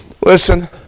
listen